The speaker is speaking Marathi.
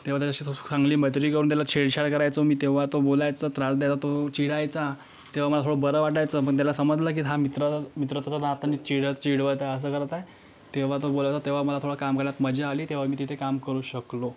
तेव्हा त्याच्याशी चांगली मैत्री करून त्याला छेडछाड करायचो मी तेव्हा तो बोलायचं त्रास द्यायचा तो चिडायचा तेव्हा मला थोडं बरं वाटायचं पण त्याला समजलं की हा मित्र मित्र तशा नात्यानी चिडत चिडवत आहे असा करत आहे तेव्हा तो बोलायचा तेव्हा मला थोडं काम करण्यात मजा आली तेव्हा मी तिथे काम करू शकलो